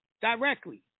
directly